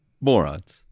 Morons